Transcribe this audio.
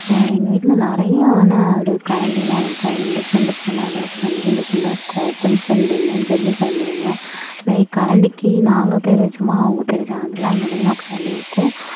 எங்கள் வீட்டில நிறையா ஆனால் ஒரு கரண்டிலாம் இருக்கும் டிஃபரன்ட் டிஃபரன்ட்டாக தோசைகரண்டி டிஃபரன்ட்டாக இருக்கும் குழிக்கரண்டி ஒன்று ஜல்லி கரண்டி ஒன்று இது மாதிரி கரண்டிக்கு நாங்கள் பேர் வச்சோமா அவங்க பேர் வச்சாங்களா தெரியல அந்த மாரிலாம் கரண்டி இருக்கும்